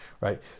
right